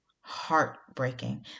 heartbreaking